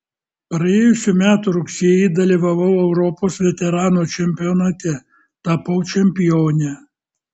praėjusių metų rugsėjį dalyvavau europos veteranų čempionate tapau čempione